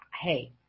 hey